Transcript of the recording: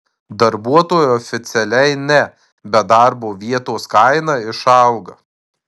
darbuotojui oficialiai ne bet darbo vietos kaina išauga